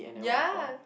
ya